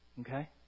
Okay